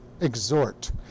exhort